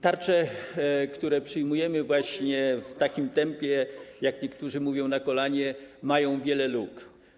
Tarcze, które przyjmujemy właśnie w takim tempie, jak niektórzy mówią, na kolanie, mają wiele luk.